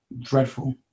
Dreadful